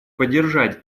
поддержать